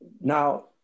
Now